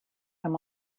him